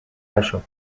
نشد